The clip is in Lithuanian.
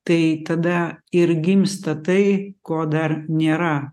tai tada ir gimsta tai ko dar nėra